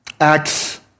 Acts